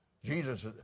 Jesus